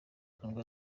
kundwa